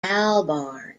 albarn